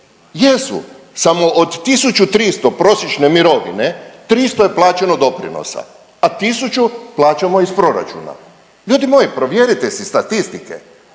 jesu, samo od 1.300 prosječne mirovine 300 je plaćeno doprinosa, a 1000 plaćamo iz proračuna, ljudi moji provjerite si statistike.